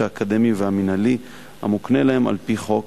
האקדמי והמינהלי המוקנה להם על-פי חוק.